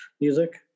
music